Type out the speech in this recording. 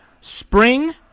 Spring